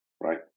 Right